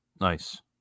Nice